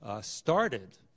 started